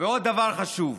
ועוד דבר חשוב.